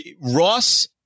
ross